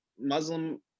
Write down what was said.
muslim